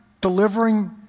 delivering